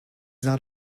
not